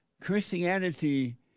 Christianity